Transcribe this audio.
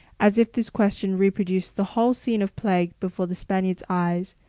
as if this question reproduced the whole scene of plague before the spaniard's eyes,